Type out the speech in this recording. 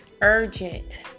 urgent